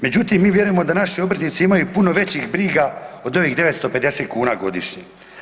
Međutim mi vjerujemo da naši obrtnici imaju puno većih briga od ovih 950 kuna godišnje.